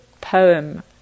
poem